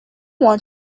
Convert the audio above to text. want